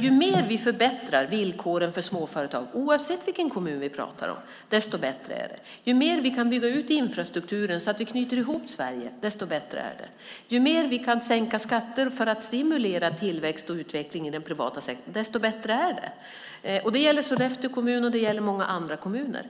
ju mer vi förbättrar villkoren för små företag oavsett vilken kommun vi pratar om, desto bättre är det. Ju mer vi kan bygga ut infrastrukturen så att vi knyter ihop Sverige, desto bättre är det. Ju mer vi kan sänka skatter för att stimulera tillväxt och utveckling i den privata sektorn, desto bättre är det. Det gäller Sollefteå kommun, och det gäller många andra kommuner.